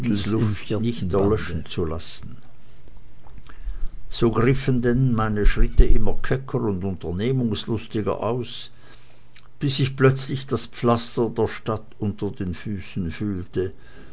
lassen so griffen denn meine schritte immer kecker und unternehmungslustiger aus bis ich plötzlich das pflaster der stadt unter den füßen fühlte